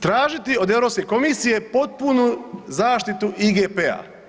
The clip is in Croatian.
tražiti od Europske komisije potpunu zaštitu IGP-a.